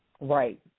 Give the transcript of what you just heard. Right